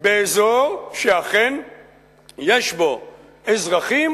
באזור שאכן יש בו אזרחים,